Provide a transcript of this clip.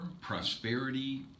Prosperity